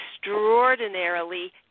extraordinarily